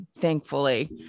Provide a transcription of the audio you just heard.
thankfully